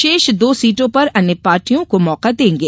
शेष दो सीटों पर अन्य पार्टियों को मौका देंगे